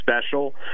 special